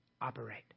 operate